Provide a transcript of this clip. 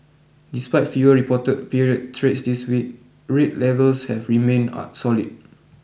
despite fewer reported period trades this week rate levels have remained solid